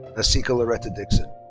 ah naseeka loretta dixon.